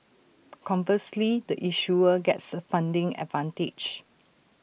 conversely the issuer gets A funding advantage